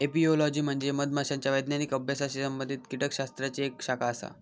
apiology म्हणजे मधमाशांच्या वैज्ञानिक अभ्यासाशी संबंधित कीटकशास्त्राची एक शाखा आसा